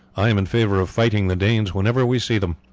i am in favour of fighting the danes whenever we see them.